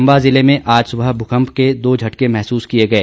चंबा जिले में आज सुबह भूकंप के दो झटके महसूस किए गए